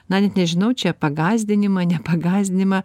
na net nežinau čia pagąsdinimą ne pagąsdinimą